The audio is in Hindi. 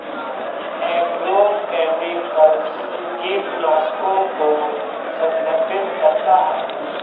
एग्रोकेमिकल्स कीटनाशकों को संदर्भित करता है